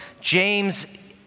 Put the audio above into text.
James